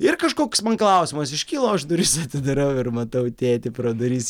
ir kažkoks man klausimas iškilo aš duris atidarau ir matau tėtį pro duris